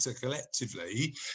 collectively